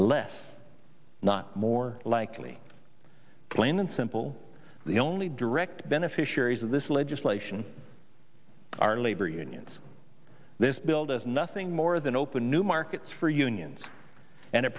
less not more likely plain and simple the only direct beneficiaries of this legislation are labor unions this bill does nothing more than open new markets for unions and it